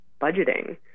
budgeting